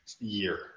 year